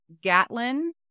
Gatlin